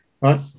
right